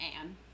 Anne